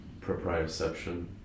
proprioception